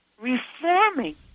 reforming